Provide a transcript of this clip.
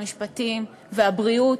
המשפטים והבריאות,